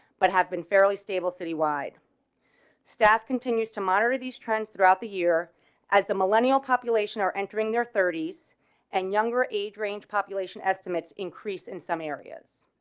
but have been fairly so citywide staff continues to monitor these trends throughout the year as the millennial population are entering their thirty. s and younger age range population estimates increase in some areas